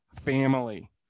family